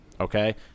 okay